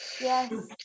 Yes